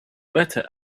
better